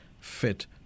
fit